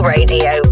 Radio